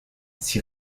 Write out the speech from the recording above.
s’y